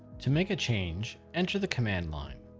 to make a change, enter the command line